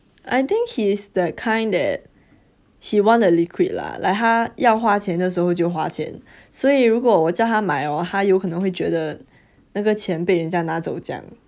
I think he's the kind that he want the liquid lah like 他要花钱的时候就花钱所以如果我叫他买 orh 他有可能会觉得那个钱被人家拿走将